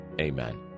Amen